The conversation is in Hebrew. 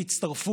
כפי שאמרתי,